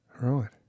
right